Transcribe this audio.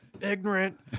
Ignorant